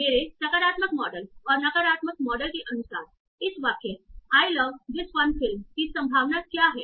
मेरे सकारात्मक मॉडल और नकारात्मक मॉडल के अनुसार इस वाक्य "I love this fun film" की संभावना क्या है